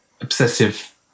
obsessive